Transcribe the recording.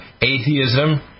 atheism